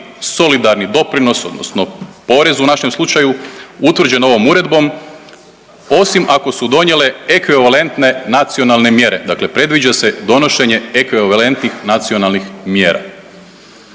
solidarni doprinos odnosno porez u našem slučaju utvrđen ovom uredbom osim ako su donijele ekvivalentne nacionalne mjere, dakle predviđa se donošenje ekvivalentnih nacionalnih mjera.